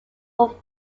were